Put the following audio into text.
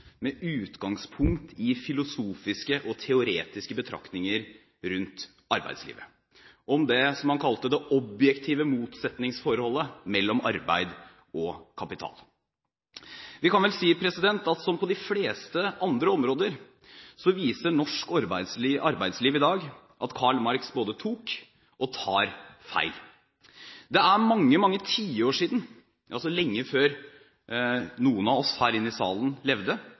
med utgangspunkt i filosofiske og teoretiske betraktninger rundt arbeidslivet, om det som man kalte det objektive motsetningsforholdet mellom arbeid og kapital. Vi kan vel si at som på de fleste andre områder viser norsk arbeidsliv i dag at Karl Marx både tok – og tar – feil. Det er mange, mange tiår siden – lenge før noen av oss her i salen levde